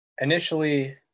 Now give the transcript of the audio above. initially